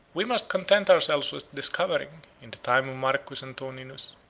we must content ourselves with discovering, in the time of marcus antoninus,